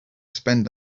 spend